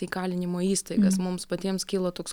įkalinimo įstaigas mums patiems kyla toks